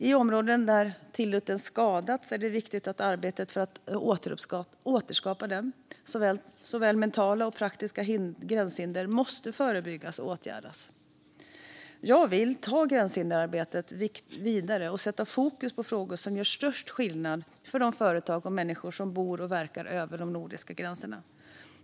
I områden där tilliten skadats är det viktigt att arbeta för att återskapa den. Såväl mentala som praktiska gränshinder måste förebyggas och åtgärdas. Jag vill ta gränshinderarbetet vidare och sätta fokus på frågor som gör störst skillnad för de företag och människor som bor vid och verkar över de nordiska gränserna.